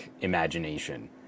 imagination